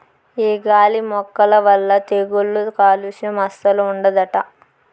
ఈ గాలి మొక్కల వల్ల తెగుళ్ళు కాలుస్యం అస్సలు ఉండదట